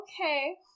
Okay